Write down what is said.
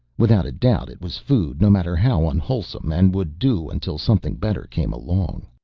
without a doubt it was food, no matter how unwholesome, and would do until something better came along.